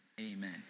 amen